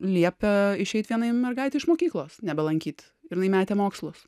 liepia išeit vienai mergaitei iš mokyklos nebelankyt ir metė mokslus